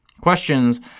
Questions